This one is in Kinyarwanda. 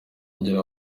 ngira